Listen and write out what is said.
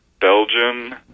Belgium